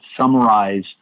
summarize